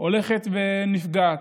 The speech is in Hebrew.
הולכת ונפגעת.